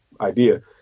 idea